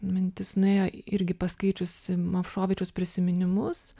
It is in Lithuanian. mintis nuėjo irgi paskaičius movšovičiaus prisiminimus